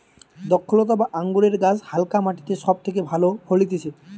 দ্রক্ষলতা বা আঙুরের গাছ হালকা মাটিতে সব থেকে ভালো ফলতিছে